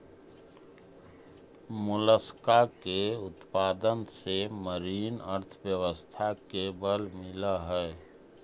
Mollusca के उत्पादन से मरीन अर्थव्यवस्था के बल मिलऽ हई